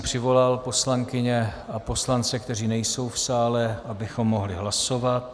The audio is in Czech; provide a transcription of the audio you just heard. Přivolal jsem poslankyně a poslance, kteří nejsou v sále, abychom mohli hlasovat.